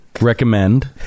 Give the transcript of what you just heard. Recommend